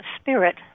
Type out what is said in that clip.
spirit